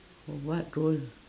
what role